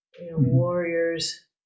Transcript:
warriors